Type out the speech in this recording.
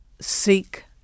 seek